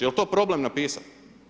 Jel to problem napisati*